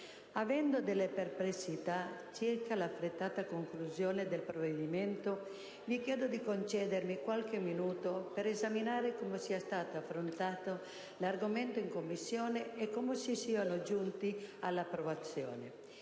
Avendo delle perplessità circa l'affrettata conclusione del provvedimento, vi chiedo di concedermi qualche minuto per esaminare come sia stato affrontato l'argomento in Commissione e come si sia giunti alla sua approvazione.